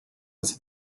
aux